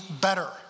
better